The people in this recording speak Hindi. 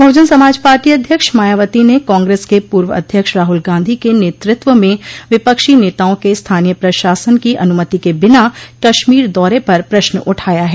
बहुजन समाज पार्टी अध्यक्ष मायावती ने कांग्रेस के पूर्व अध्यक्ष राहुल गांधी के नेतृत्व में विपक्षी नेताओं के स्थानीय प्रशासन की अनुमति के बिना कश्मीर दौरे पर प्रश्न उठाया है